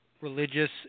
religious